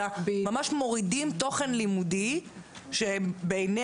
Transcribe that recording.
אלא ממש מורידים תוכן לימודי שבעיניה